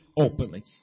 openly